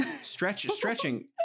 stretching